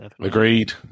Agreed